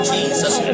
Jesus